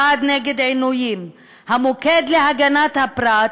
"הוועד נגד עינויים" ו"המוקד להגנת הפרט"